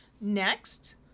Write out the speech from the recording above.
Next